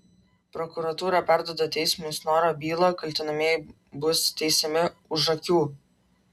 prokuratūra perduoda teismui snoro bylą kaltinamieji bus teisiami už akių